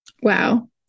Wow